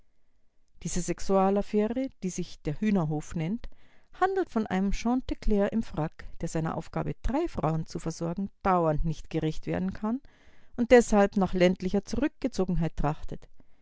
diese sexualaffäre die sich der hühnerhof nennt handelt von einem chanteclair im frack der seiner aufgabe drei frauen zu versorgen dauernd nicht gerecht werden kann und deshalb nach ländlicher zurückgezogenheit trachtet